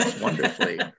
wonderfully